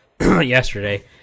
yesterday